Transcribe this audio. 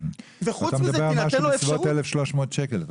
אתה מדבר על משהו בסביבות 1,300 שקלים.